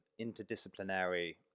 interdisciplinary